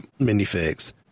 minifigs